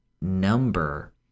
number